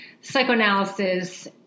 psychoanalysis